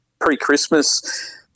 Pre-Christmas